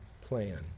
plan